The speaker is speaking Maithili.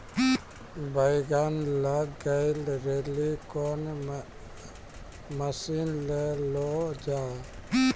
बैंगन लग गई रैली कौन मसीन ले लो जाए?